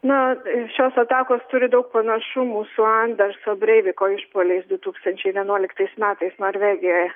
na šios atakos turi daug panašumų su anderso breiviko išpuoliais du tūkstančiai vienuoliktais metais norvegijoje